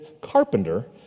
carpenter